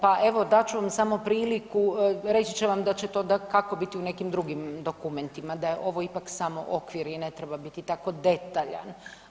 Pa evo dat ću vam samo priliku reći će vam da će … kako biti u nekim drugim dokumentima, da je ovo ipak samo okvir i ne treba biti tako detaljan.